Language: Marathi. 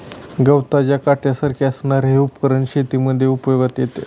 गवताच्या काट्यासारख्या असणारे हे उपकरण शेतीमध्ये उपयोगात येते